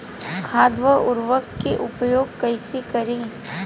खाद व उर्वरक के उपयोग कइसे करी?